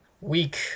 week